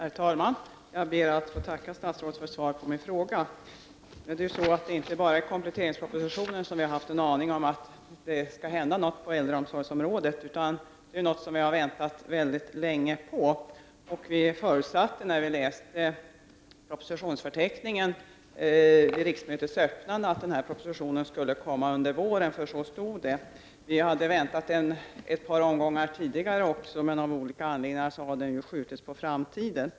Herr talman! Jag ber att få tacka för svaret på min fråga. Det är inte bara kompletteringspropositionen som har gett oss en aning om att det skall hända något på äldreomsorgsområdet. Det är något som vi har väntat väldigt länge på. När vi läste propositionsförteckningen vid riksmötets öppnande förutsatte vi att propositionen skulle komma under våren, för så stod det. Vi hade väntat på den tidigare också, men av olika anledningar har den skjutits på framtiden.